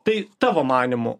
tai tavo manymu